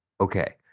Okay